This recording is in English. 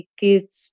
kids